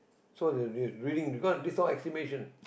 so they they'll be reading because this all estimation